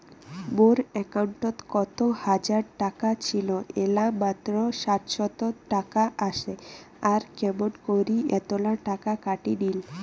মোর একাউন্টত এক হাজার টাকা ছিল এলা মাত্র সাতশত টাকা আসে আর কেমন করি এতলা টাকা কাটি নিল?